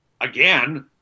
again